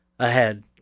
ahead